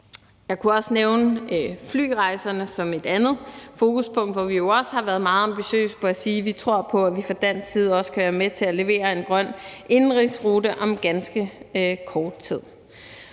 Jeg kunne også nævne flyrejserne som et andet fokuspunkt, hvor vi også har været meget ambitiøse ved at sige, at vi tror på, at vi fra dansk side også kan være med til at levere en grøn indenrigsrute om ganske kort tid.